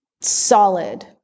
solid